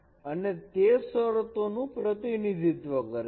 અને તે શરતોનું પ્રતિનિધિત્વ કરે છે